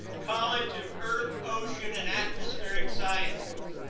college of earth, ocean and atmospheric sciences